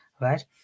right